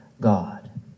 God